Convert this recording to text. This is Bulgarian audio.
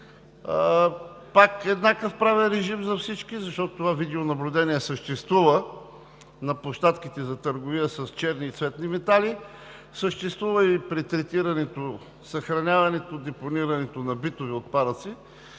Пак еднакъв правен режим за всички, защото това видеонаблюдение съществува на площадките за търговия с черни и цветни метали, съществува и при третирането, съхраняването и депонирането на битови отпадъци,